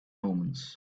omens